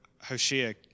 Hoshea